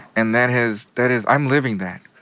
and that has that has i'm living that.